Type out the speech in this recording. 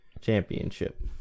Championship